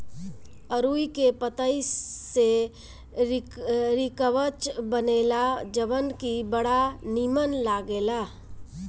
अरुई के पतई से रिकवच बनेला जवन की बड़ा निमन लागेला